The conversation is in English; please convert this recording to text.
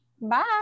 Bye